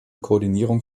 koordinierung